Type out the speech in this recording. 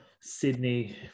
Sydney